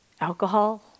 alcohol